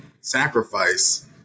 sacrifice